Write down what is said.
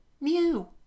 Mew